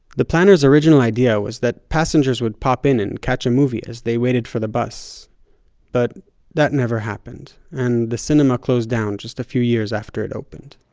the planner's original idea was that passengers would pop in and catch a movie as they waited for the bus but that never happened and the cinema closed down just a few years after it opened.